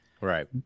right